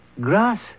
grass